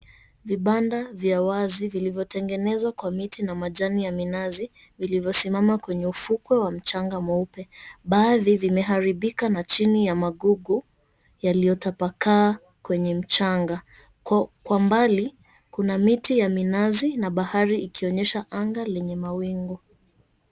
Vibanda vya wazi vilivyotengenezwa kwa miti na majani ya minazi, vilivyosimama kwenye ufukwe wa mchanga mweupe. Baadhi vimeharibika na chini ya magugu yaliyotapakaa kwenye mchanga. Kwa mbali kuna miti ya minazi na bahari ikionyesha anga lenye mawingu.